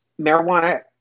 marijuana